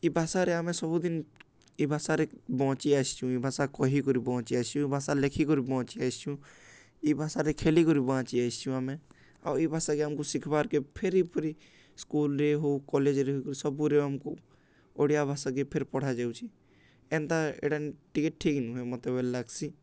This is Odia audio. ଇ ଭାଷାରେ ଆମେ ସବୁଦିନ ଇ ଭାଷାରେ ବଞ୍ଚି ଆସିଛୁଁ ଇ ଭାଷା କହିିକିରି ବଞ୍ଚି ଆସିଛୁଁ ଇ ଭାଷା ଲେଖିକିରି ବଞ୍ଚି ଆସିଚୁଁ ଇ ଭାଷାରେ ଖେଲିକରି ବଞ୍ଚି ଆସିଛୁଁ ଆମେ ଆଉ ଇ ଭାଷାକେ ଆମକୁ ଶିଖ୍ବାର୍କେ ଫେରି ଫରି ସ୍କୁଲ୍ରେ ହେଉ କଲେଜ୍ରେ କରି ସବୁରେ ଆମକୁ ଓଡ଼ିଆ ଭାଷାକେ ଫେର୍ ପଢ଼ାଯାଉଛି ଏନ୍ତା ଏଇଟା ଟିକେ ଠିକ୍ ନୁହେଁ ମୋତେ ବିଲ୍ ଲାଗ୍ସି